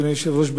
אדוני היושב-ראש,